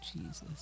Jesus